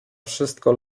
wszystko